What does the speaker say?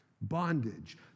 Bondage